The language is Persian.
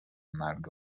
مرگ